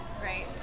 Right